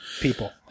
people